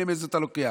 איזה אתה לוקח.